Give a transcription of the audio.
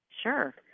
Sure